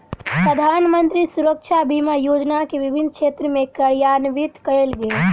प्रधानमंत्री सुरक्षा बीमा योजना के विभिन्न क्षेत्र में कार्यान्वित कयल गेल